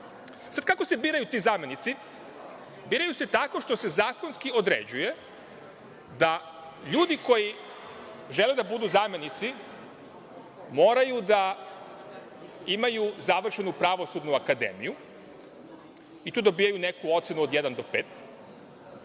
kako se biraju ti zamenici? Biraju se tako što se zakonski određuje da ljudi koji žele da budu zamenici moraju da imaju završenu Pravosudnu akademiju i tu dobijaju neku ocenu od jedan